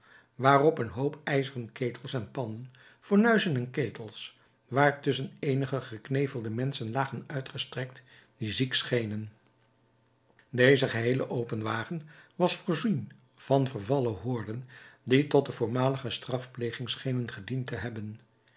waarop een hoop ijzeren ketels en pannen fornuizen en ketens waartusschen eenige geknevelde menschen lagen uitgestrekt die ziek schenen deze geheel open wagen was voorzien van vervallen horden die tot de voormalige strafpleging schenen gediend te hebben